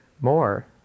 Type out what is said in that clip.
more